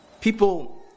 People